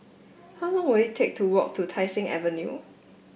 how long will it take to walk to Tai Seng Avenue